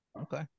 Okay